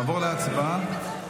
נעבור להצבעה.